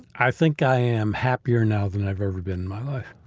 i think i am happier now than i've ever been in my life.